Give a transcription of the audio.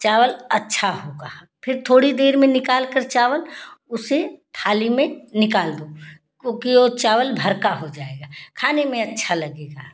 चावल अच्छा होगा फिर थोड़ी देर में निकालकर चावल उसे थाली में निकाल दो वो कि वो चावल भरका हो जाएगा खाने में अच्छा लगेगा